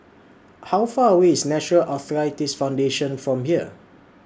How Far away IS National Arthritis Foundation from here